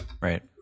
Right